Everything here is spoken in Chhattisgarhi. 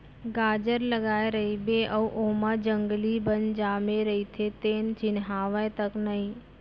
गाजर लगाए रइबे अउ ओमा जंगली बन जामे रइथे तेन चिन्हावय तक नई